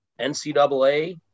NCAA